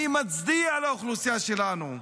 אני מצדיע לאוכלוסייה שלנו.